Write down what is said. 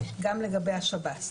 גם לגבי השב"ס.